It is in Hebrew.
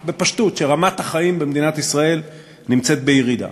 בפשטות, שרמת החיים במדינת ישראל נמצאת בירידה.